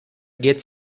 gets